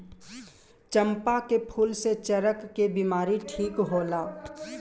चंपा के फूल से चरक के बिमारी ठीक होला